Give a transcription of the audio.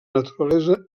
naturalesa